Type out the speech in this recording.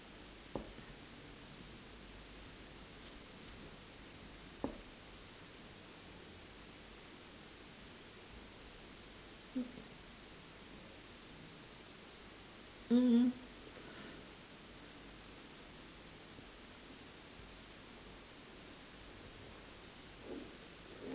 mm mm